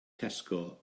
tesco